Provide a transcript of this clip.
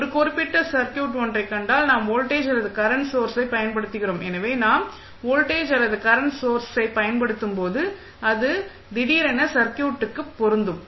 ஒரு குறிப்பிட்ட சர்க்யூட் ஒன்றைக் கண்டால் நாம் வோல்டேஜ் அல்லது கரண்ட் சோர்ஸை பயன்படுத்துகிறோம் எனவே நாம் வோல்டேஜ் அல்லது கரண்ட் சோர்ஸை பயன்படுத்தும் போது அது திடீரென சர்க்யூட்டுக்கு பொருந்தும்